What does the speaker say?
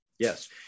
Yes